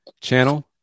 channel